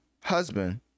husband